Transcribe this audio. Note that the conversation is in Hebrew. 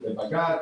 בבג"צ,